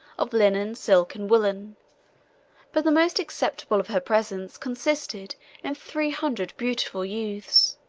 of linen, silk, and woollen but the most acceptable of her presents consisted in three hundred beautiful youths,